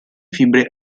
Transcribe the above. fibre